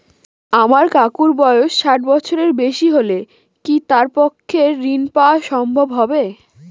আমার কাকুর বয়স ষাট বছরের বেশি হলে কি তার পক্ষে ঋণ পাওয়া সম্ভব হবে?